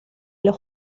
los